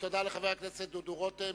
תודה לחבר הכנסת דודו רותם.